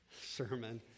sermon